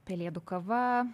pelėdų kava